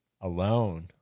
alone